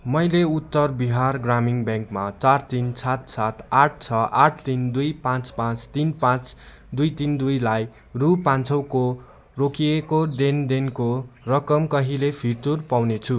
मैले उत्तर बिहार ग्रामीण ब्याङ्कमा चार तिन सात सात आठ छ आठ तिन दुई पाँच पाँच तिन पाँच दुई तिन दुईलाई रु पाँच सयको रोकिएको देनदेनको रकम कहिले फिर्तु पाउनेछु